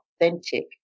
authentic